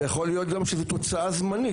ויכול להיות גם שזה תוצאה זמנית.